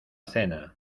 cena